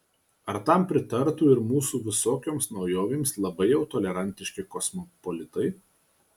ar tam pritartų ir mūsų visokioms naujovėms labai jau tolerantiški kosmopolitai